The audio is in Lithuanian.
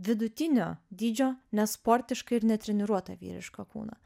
vidutinio dydžio nesportišką ir netreniruotą vyrišką kūną